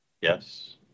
Yes